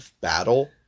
battle